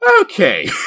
Okay